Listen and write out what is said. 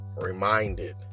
reminded